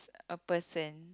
a person